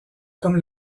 comme